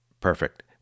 Perfect